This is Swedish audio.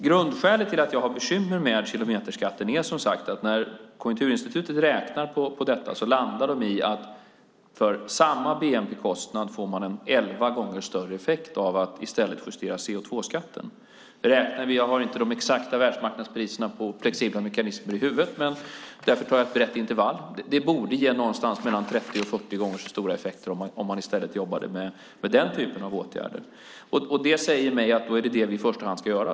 Grundskälet till att jag har bekymmer med kilometerskatten är som sagt att när Konjunkturinstitutet räknar på detta landar de i att för samma bnp-kostnad får man en elva gånger större effekt av att i stället justera CO2-skatten. Jag har inte de exakta världsmarknadspriserna på flexibla mekanismer i huvudet, och därför tar jag ett brett intervall. Det borde ge någonstans mellan 30 och 40 gånger så stora effekter om man i stället jobbade med den typen av åtgärder. Det säger mig att det är det vi i första hand ska göra.